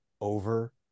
over